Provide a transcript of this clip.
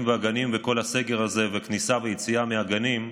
בגנים וכל הסגר הזה והכניסה והיציאה מהגנים: